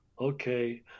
okay